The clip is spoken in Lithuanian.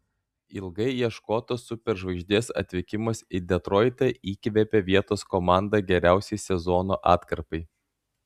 ilgai ieškotos superžvaigždės atvykimas į detroitą įkvėpė vietos komandą geriausiai sezono atkarpai